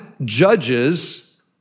judges